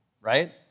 right